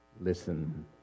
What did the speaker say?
Listen